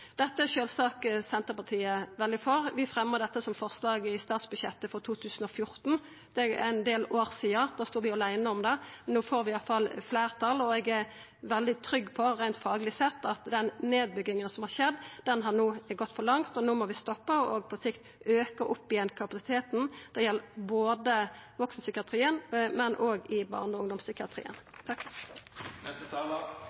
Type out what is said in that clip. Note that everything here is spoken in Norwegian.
Dette er sjølvsagt Senterpartiet veldig for. Vi fremja dette som forslag i statsbudsjettet for 2014. Det er ein del år sidan, då stod vi åleine om det, men no får vi iallfall fleirtal. Eg er veldig trygg på, reint fagleg sett, at den nedbygginga som har skjedd, no har gått for langt, og no må vi stoppa og på sikt auka kapasiteten igjen. Det gjeld vaksenpsykiatrien, men òg i barne- og